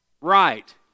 Right